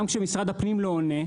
גם כשמשרד המשפטים לא עונה,